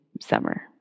summer